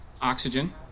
oxygen